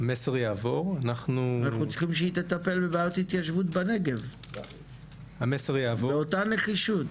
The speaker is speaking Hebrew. אנחנו צריכים שהיא תטפל בבעיות התיישבות בנגב באותה נחישות.